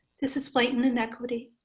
this is blatant inequity.